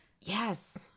Yes